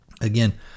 again